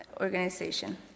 Organization